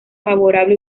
favorable